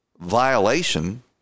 violation